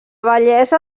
bellesa